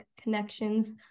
connections